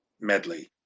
medley